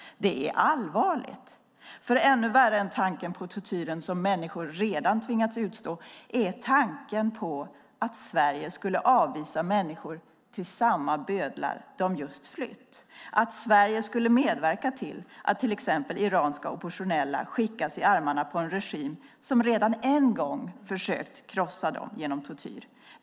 Det är allvarligt. Ännu värre än tanken på den tortyr som människor redan tvingats utstå är tanken på att Sverige skulle avvisa människor till samma bödlar som de just flytt från och att Sverige skulle medverka till att till exempel iranska oppositionella skickas i armarna på en regim som redan en gång försökt krossa dem genom tortyr.